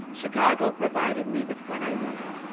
chicago provided me with what i needed.